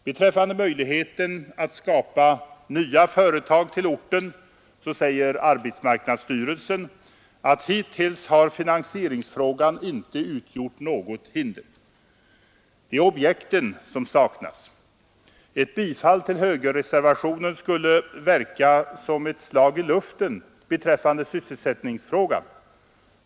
Beträffande möjligheten att skaffa nya företag till orten säger arbetsmarknadsstyrelsen att finansieringsfrågan hittills inte har utgjort något hinder. Det är objekten som saknas. Ett bifall till moderaternas reservation, nr 3, skulle verka som ett slag i luften beträffande sysselsättningsfrågan.